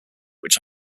which